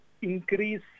increase